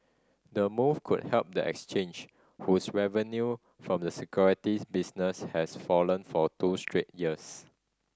the move could help the exchange whose revenue from the securities business has fallen for two straight years